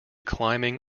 climbing